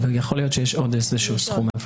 יכול להיות שיש עוד איזשהו סכום.